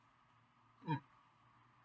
mm